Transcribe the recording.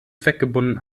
zweckgebunden